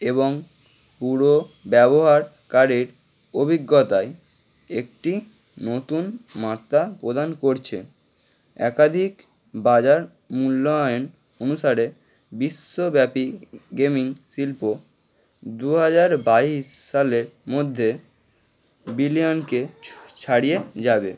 এবং পুরো ব্যবহারকারীর অভিজ্ঞতায় একটি নতুন মাত্রা প্রদান করছে একাধিক বাজার মূল্যায়ণ অনুসারে বিশ্বব্যাপী গেমিং শিল্প দু হাজার বাইশ সালের মধ্যে বিলিয়নকে ছাড়িয়ে যাবে